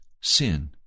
sin